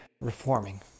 reforming